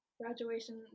graduation